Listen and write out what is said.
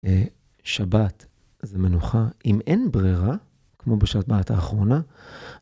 שבת זה מנוחה אם אין ברירה, כמו בשבת האחרונה.